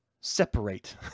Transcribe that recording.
separate